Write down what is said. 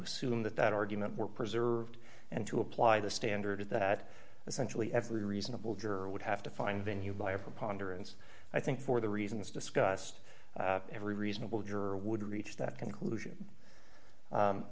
assume that that argument were preserved and to apply the standard that essentially every reasonable juror would have to find then you by a preponderance i think for the reasons discussed every reasonable juror would reach that conclusion